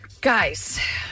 guys